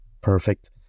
Perfect